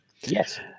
Yes